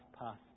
past